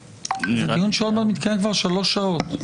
זה דיון שעוד מעט מתקיים כבר שלוש שעות.